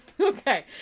okay